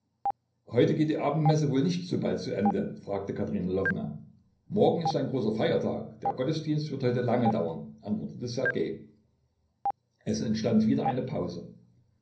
heute geht die abendmesse wohl nicht so bald zu ende fragte katerina lwowna morgen ist ein großer feiertag der gottesdienst wird heute lange dauern antwortete ssergej es entstand wieder eine pause